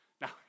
Now